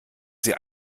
sie